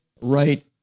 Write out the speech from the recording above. right